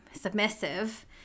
submissive